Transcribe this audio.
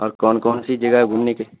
اور کون کون سی جگہ ہے گھومنے کے